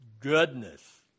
goodness